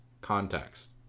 context